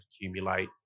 accumulate